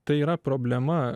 tai yra problema